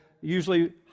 Usually